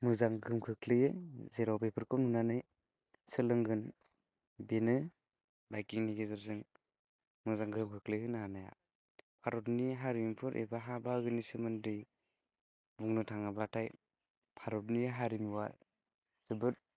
मोजां गोहोम खोख्लैयो जेराव बेफोरखौ नुनानै सोलोंंगोन बेनो बाइकिंनि गेजेरजों मोजां गोहोम खोख्लैहोनो हानाया भारत हारिमुफोर एबा हा बाहागोनि सोमोन्दै बुंनो थाङोबाथाय भारतनि हारिमुवा जोबोद